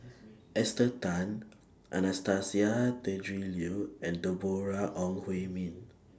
Esther Tan Anastasia Tjendri Liew and Deborah Ong Hui Min